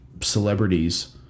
celebrities